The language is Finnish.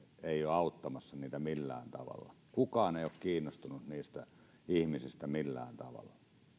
ei ole auttamassa heitä millään tavalla kukaan ei ole kiinnostunut niistä ihmisistä millään tavalla